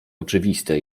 oczywiste